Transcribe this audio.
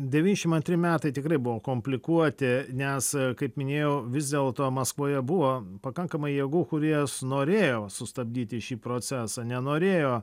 devyniasdešimt antri metai tikrai buvo komplikuoti nes kaip minėjau vis dėlto maskvoje buvo pakankamai jėgų kurios norėjau sustabdyti šį procesą nenorėjo